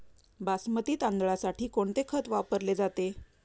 बासमती तांदळासाठी कोणते खत वापरले जाते?